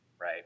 right